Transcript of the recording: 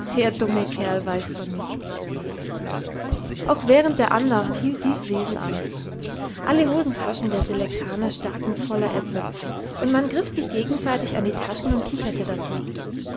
dumme kerl weiß von nichts auch während der andacht hielt dies wesen an alle hosentaschen der selektaner staken voller äpfel und man griff sich gegenseitig an die taschen und kicherte dazu